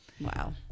Wow